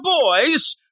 boys